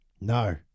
No